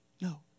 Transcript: No